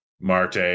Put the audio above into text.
Marte